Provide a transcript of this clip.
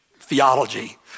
theology